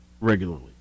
regularly